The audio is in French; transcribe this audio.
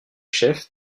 chefs